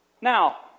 Now